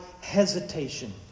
hesitation